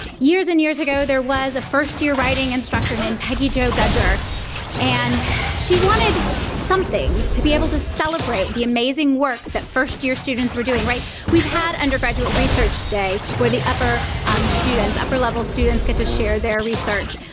years and years ago there was a first-year writing instructor named peggy jo gudger and she wanted something to be able to celebrate the amazing work that first-year students were doing. we've had undergraduate research day where the upper um students upper-level students get to share their research,